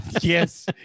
Yes